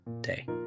day